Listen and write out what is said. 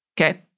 Okay